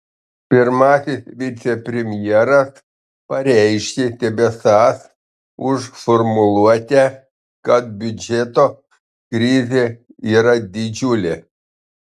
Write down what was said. pirmasis vicepremjeras pareiškė tebesąs už formuluotę kad biudžeto krizė yra didžiulė